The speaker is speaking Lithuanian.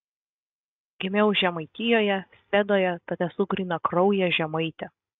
gimiau žemaitijoje sedoje tad esu grynakraujė žemaitė